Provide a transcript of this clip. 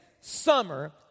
summer